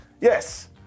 Yes